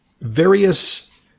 various